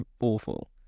awful